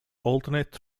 alternate